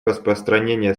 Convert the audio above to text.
распространения